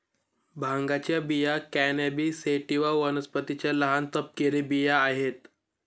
भांगाच्या बिया cannabis sativa वनस्पतीच्या लहान, तपकिरी बिया आहेत